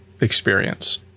experience